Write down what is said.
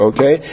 Okay